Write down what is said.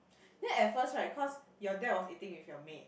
then at first right cause your dad was eating with your maid